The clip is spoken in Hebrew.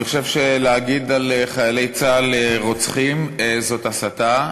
אני חושב שלהגיד על חיילי צה"ל "רוצחים" זאת הסתה.